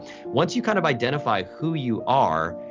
once you kind of identify who you are,